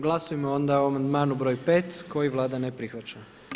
Glasujmo onda o amandmanu broj 5. koji Vlada ne prihvaća.